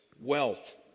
wealth